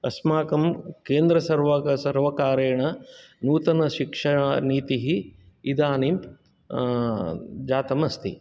अस्माकं केन्द्रसर्वक् सर्वकारेण नूतनशिक्षणानीतिः इदानीं जातम् अस्ति